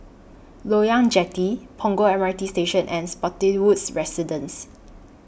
Loyang Jetty Punggol M R T Station and Spottiswoode Residences